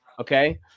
okay